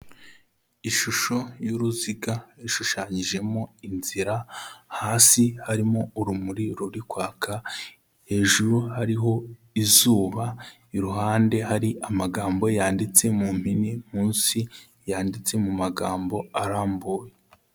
Ishusho y'uruziga ishushanyijemo inzira, hasi harimo urumuri ruri kwaka, hejuru hariho izuba, iruhande hari amagambo yanditse mu mpine, munsi yanditse mu magambo arambuye.